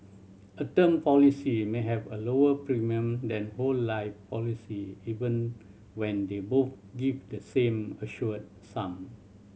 a term policy may have a lower premium than whole life policy even when they both give the same assured sum